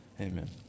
Amen